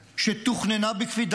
שתוכננה בקפידה,